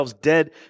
dead